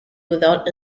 without